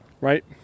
right